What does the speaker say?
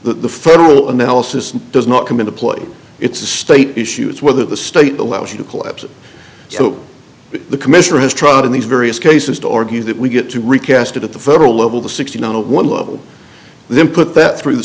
the federal analysis does not come into play it's a state issue is whether the state allows you to collapse so the commissioner has tried in these various cases to argue that we get to recast it at the federal level to sixteen on one level and then put that through the